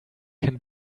can